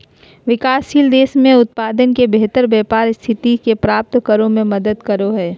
विकासशील देश में उत्पाद के बेहतर व्यापार स्थिति के प्राप्त करो में मदद करो हइ